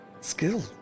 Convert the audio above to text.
Skill